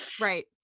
Right